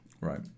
Right